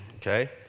okay